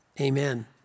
amen